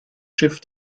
schiff